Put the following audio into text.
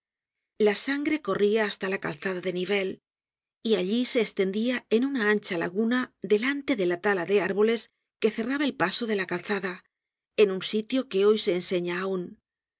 la sangre corría hasta la calzada de nivelles y allí se estendia en una ancha laguna delante de la tala de árboles que cerraba el paso de la calzada en un sitio que hoy se enseña aun